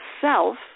self